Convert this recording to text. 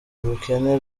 ubukene